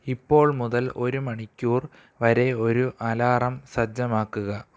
ഇപ്പോൾ മുതൽ ഒരു മണിക്കൂർ വരെ ഒരു അലാറം സജ്ജമാക്കുക